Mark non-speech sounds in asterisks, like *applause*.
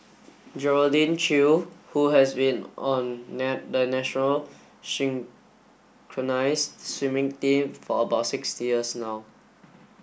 Geraldine Chew who has been on *unintelligible* the national synchronised swimming team for about sixty years now